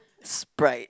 Sprite